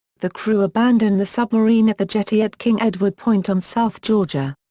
the crew abandoned the submarine at the jetty at king edward point on south georgia.